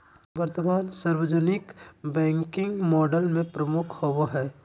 वर्तमान सार्वजनिक banking model में प्रमुख होबो हइ